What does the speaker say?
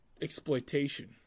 exploitation